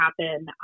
happen